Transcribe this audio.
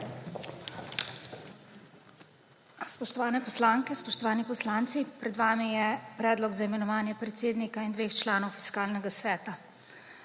Spoštovane poslanke, spoštovani poslanci! Pred vami je Predlog za imenovanje predsednika in dveh članov Fiskalnega sveta.